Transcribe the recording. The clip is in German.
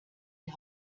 die